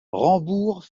rambourg